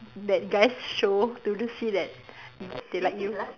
that guys show to do see that d~ they like you